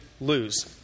lose